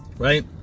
right